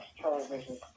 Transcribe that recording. television